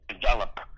develop